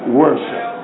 worship